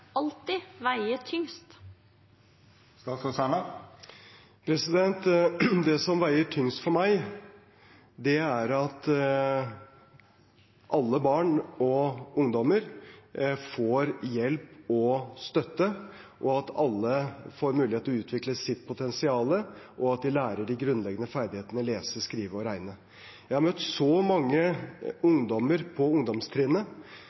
alltid veie tyngst? Det som veier tyngst for meg, er at alle barn og ungdommer får hjelp og støtte, at alle får mulighet til å utvikle sitt potensial, og at de lærer de grunnleggende ferdighetene lese, skrive og regne. Jeg har møtt så mange ungdommer på ungdomstrinnet